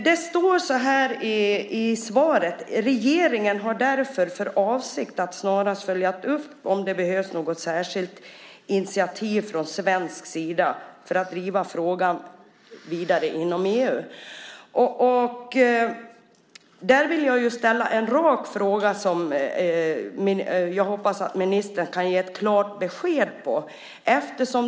Det står i svaret: "Regeringen har därför för avsikt att snarast följa upp om det behövs något särskilt initiativ från svensk sida för att driva frågan vidare inom EU". Där vill jag ställa en rak fråga som jag hoppas att ministern kan ge ett klart besked om.